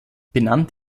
benannt